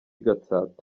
gatsata